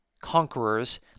conquerors